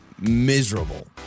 Miserable